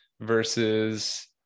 versus